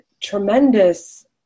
tremendous